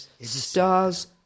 stars